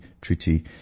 Treaty